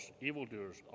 evildoers